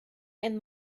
and